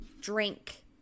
Drink